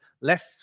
left